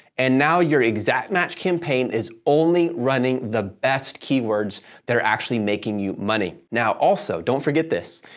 and now, your exact match campaign is only running the best keywords that are actually making you money. now, also, don't forget this.